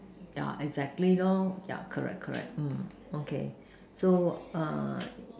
yeah exactly lor yeah correct correct mm okay so err